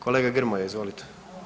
Kolega Grmoja, izvolite.